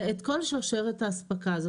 זה את כל שרשרשת האספקה הזאת.